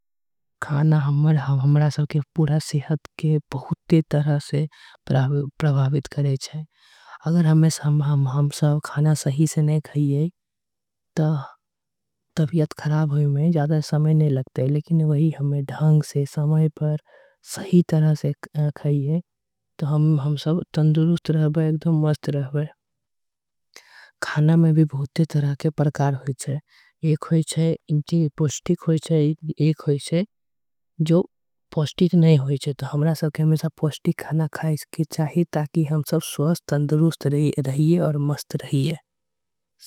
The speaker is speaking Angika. खाना हमरा सेहत के बहुत तरीका से प्रभावित करे छे। अगर हम खाना नई खाई त एकर हमरा तबियत में असर। होई छे खाना म जादा समय नही लगते पर अगर सही। समय पर सही तरह से खाईहे त तंदुरुस्त रहबे खाना में। भी बहुते परकार होई छे एक पौष्टिक होई छे आऊर। एक पौष्टिक नहीं होई छे हमरा सब के पौष्टिक खाना। खाए के चाही ताकि हम सब स्वस्थ तंदुरुस्त रहिये।